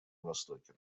востоке